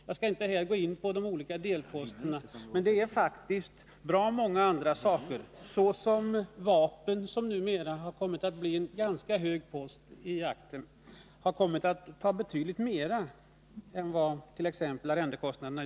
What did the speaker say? Jag skall inte här gå in på de olika delposterna, men det är faktiskt så att bra många andra saker — vapen är t.ex. numera en ganska stor post — kommit att dra betydligt större summor än arrendekostnaderna.